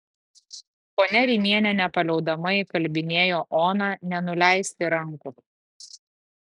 ponia rimienė nepaliaudama įkalbinėjo oną nenuleisti rankų